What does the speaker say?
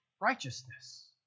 righteousness